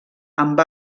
amb